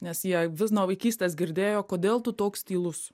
nes jie vis nuo vaikystės girdėjo kodėl tu toks tylus